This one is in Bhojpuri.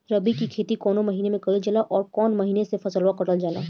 रबी की खेती कौने महिने में कइल जाला अउर कौन् महीना में फसलवा कटल जाला?